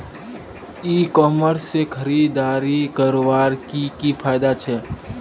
ई commerce से खरीदारी करवार की की फायदा छे?